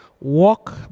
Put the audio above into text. walk